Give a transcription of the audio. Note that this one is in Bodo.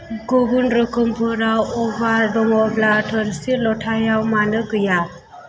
गुबुन रोखोमफोराव अफार दङब्ला थोरसि लथायाव मानो गैया